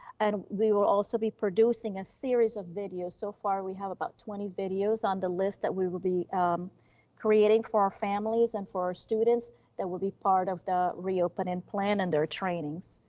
and we will also be producing a series of videos. so far we have about twenty videos on the list that we will be creating for our families and for our students that will be part of the reopening plan and their trainings.